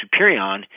Superion